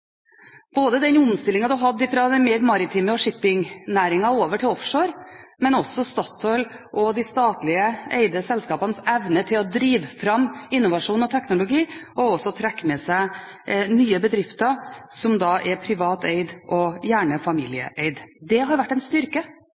både ved den omstillinga en har hatt fra den maritime næringa og shippingnæringa over til offshore, men også Statoil og de statlig eide selskapenes evne til å drive fram innovasjon og teknologi og også trekke med seg nye bedrifter som er privateide og gjerne familieeide. Det har vært en styrke